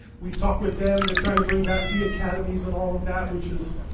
we talked with them, they're trying to bring back the academies and all of that, which is,